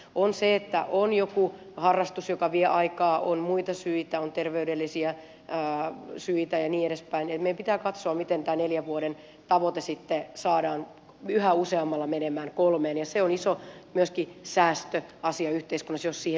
on se että on joku harrastus joka vie aikaa on muita syitä on terveydellisiä syitä ja niin edespäin eli meidän pitää katsoa miten tämä neljän vuoden tavoite sitten saadaan yhä useammalla menemään kolmeen ja se on myöskin iso säästöasia yhteiskunnassa jos siihen pystytään